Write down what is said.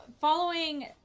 following